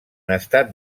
estat